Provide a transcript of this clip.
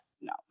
No